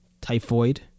typhoid